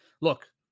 look